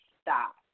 stop